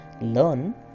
Learn